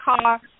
car